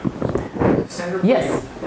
Yes